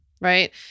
right